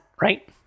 right